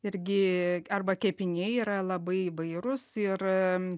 irgi arba kepiniai yra labai įvairūs ir